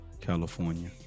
California